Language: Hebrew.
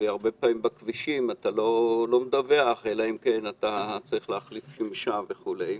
וגם בכבישים הרבה פעמים לא מדווחים אלא אם צריך להחליף שמשה וכדומה.